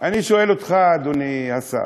אני שואל אותך, אדוני השר: